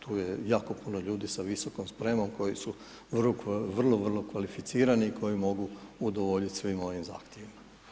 Tu je jako puno ljudi sa visokom spremom koji su vrlo, vrlo kvalificirani i koji mogu udovoljiti svim ovim zahtjevima.